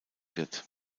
wird